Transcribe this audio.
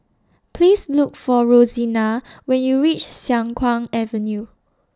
Please Look For Rosina when YOU REACH Siang Kuang Avenue